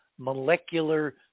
molecular